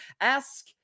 Ask